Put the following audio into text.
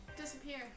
disappear